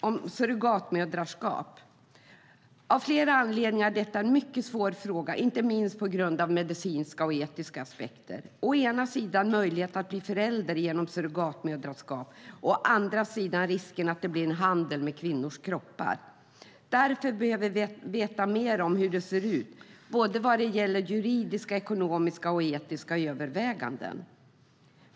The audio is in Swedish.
Av flera anledningar är frågan om surrogatmoderskap en mycket svår fråga, inte minst på grund av medicinska och etiska aspekter. Å ena sidan handlar det om möjligheten att bli förälder genom surrogatmoderskap och å andra sidan om risken att det blir en handel med kvinnors kroppar. Därför behöver vi veta mer om hur det ser ut vad gäller juridiska, ekonomiska och etiska överväganden.